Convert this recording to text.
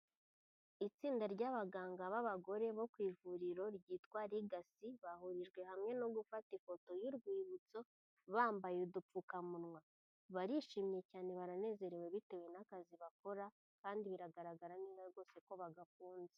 Itsinda ry'abaganga b'abagore bo ku ivuriro ryitwa Legacy bahurijwe hamwe no gufata ifoto y'urwibutso bambaye udupfukamunwa. Barishimye cyane, baranezerewe bitewe n'akazi bakora kandi biragaragara neza rwose ko bagakunze.